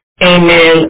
Amen